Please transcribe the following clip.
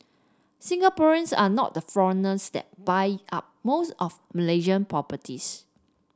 Singaporeans are not the foreigners that buy up most of Malaysia properties